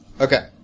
Okay